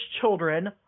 children